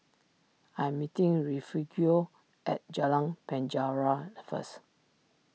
I am meeting Refugio at Jalan Penjara first